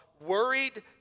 worried